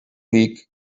vic